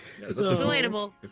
relatable